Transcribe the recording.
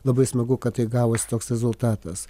labai smagu kad tai gavosi toks rezultatas